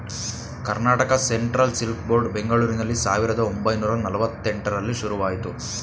Karnataka central silk board ಬೆಂಗಳೂರಿನಲ್ಲಿ ಸಾವಿರದ ಒಂಬೈನೂರ ನಲ್ವಾತ್ತೆಂಟರಲ್ಲಿ ಶುರುವಾಯಿತು